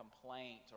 complaint